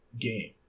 game